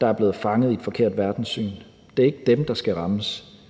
der er blevet fanget i et forkert verdenssyn. Det er ikke dem, der skal rammes.